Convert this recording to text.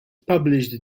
published